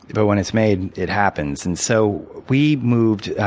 but when it's made, it happens. and so we moved.